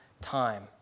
time